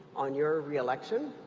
on your reelection.